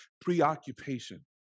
preoccupation